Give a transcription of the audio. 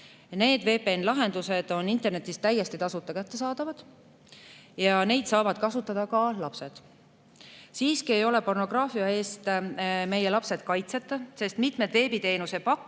Need VPN-i lahendused on internetis täiesti tasuta kättesaadavad ja neid saavad kasutada ka lapsed. Siiski ei ole pornograafia eest meie lapsed kaitseta, sest mitmed veebiteenuse